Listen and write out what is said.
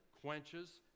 quenches